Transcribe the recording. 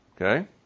Okay